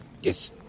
Yes